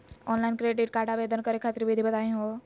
Online credit card आवेदन करे खातिर विधि बताही हो?